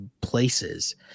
places